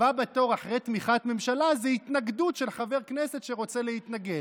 הבא בתור אחרי תמיכת ממשלה זה התנגדות של חבר כנסת שרוצה להתנגד.